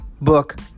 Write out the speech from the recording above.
book